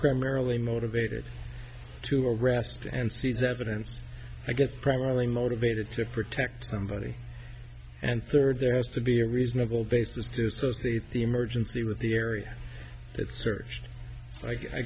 primarily motivated to arrest and seize evidence i guess primarily motivated to protect somebody and third there has to be a reasonable basis to associate the emergency with the area that searched like i